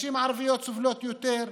נשים ערביות סובלות יותר,